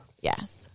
Yes